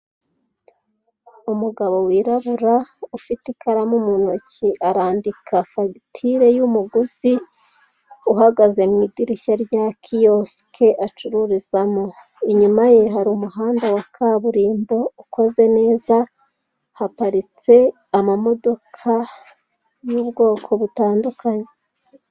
Umugabo wirabura ufite ikaramu mu ntoki, arandika fagitire ya umuguzi uhagaze mu idirishya rya kiyosike acururizamo. Inyuma ye hari umuhanda wa kaburimbo ukoze neza, haparitse amamodoka y'ubwoko butandukanye.